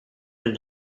been